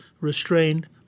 restrained